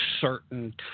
certain